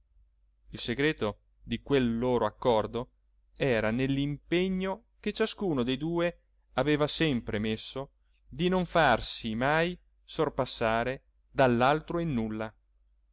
il segreto di quel loro accordo era nell'impegno che ciascuno dei due aveva sempre messo di non farsi mai sorpassare dall'altro in nulla